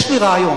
יש לי רעיון.